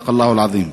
צדק אלוהים הנשגב.